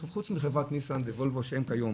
חוץ מחברת וולוו וניסן שהם כיום